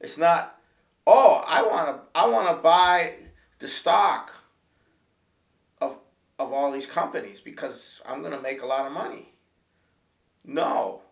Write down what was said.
it's not all i want i want to buy the stock of of all these companies because i'm going to make a lot of money no